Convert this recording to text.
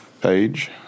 page